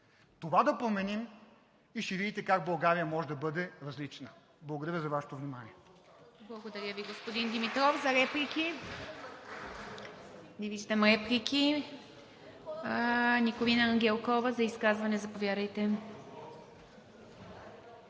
Това да променим и ще видите как България може да бъде различна. Благодаря за Вашето внимание